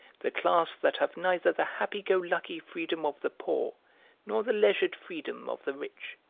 the class that have neither the happy-go-lucky freedom of the poor nor the leisured freedom of the rich,